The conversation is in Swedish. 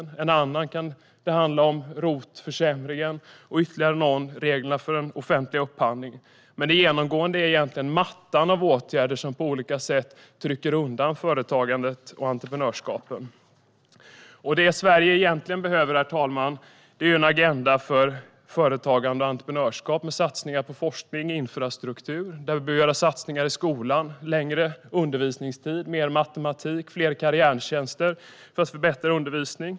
För en annan kan det handla om ROT-försämringen. För ytterligare någon kan det handla om reglerna för den offentliga upphandlingen. Men det genomgående är egentligen mattan av åtgärder som på olika sätt trycker undan företagandet och entreprenörskapet. Herr talman! Det som Sverige egentligen behöver är en agenda för företagande och entreprenörskap med satsningar på forskning och infrastruktur. Det behövs satsningar i skolan med längre undervisningstid och mer matematik. Det behövs också fler karriärtjänster för att förbättra undervisningen.